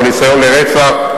או ניסיון לרצח,